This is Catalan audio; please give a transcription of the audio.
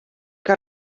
que